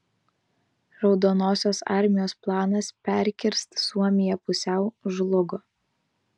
raudonosios armijos planas perkirsti suomiją pusiau žlugo